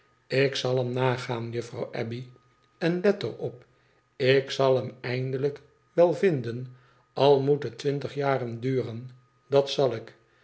ik zal hem nagaan juffrouw abbey n let er op ik zal hem eindelijk wel vinden al moet het twintig jaren duren dat zal ik